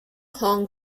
hong